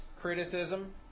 criticism